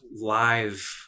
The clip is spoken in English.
live